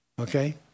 Okay